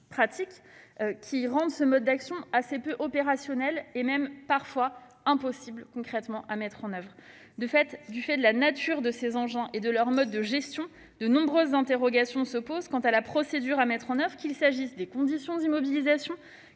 pratiques, qui rendent ce mode d'action assez peu opérationnel, et même parfois impossible. Du fait de la nature de ces engins et de leur mode de gestion, de nombreuses interrogations surgissent quant à la procédure à mettre en oeuvre, qu'il s'agisse des conditions d'immobilisation,